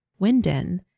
Winden